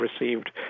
received